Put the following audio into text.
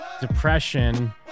depression